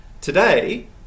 Today